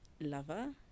lover